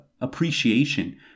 appreciation